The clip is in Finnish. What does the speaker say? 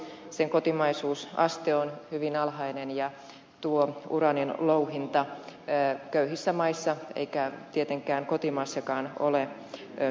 sen kotimaisuusaste on hyvin alhainen eikä tuo uraanin louhinta köyhissä maissa eikä tietenkään kotimaassakaan ole suositeltavaa